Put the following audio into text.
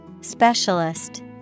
Specialist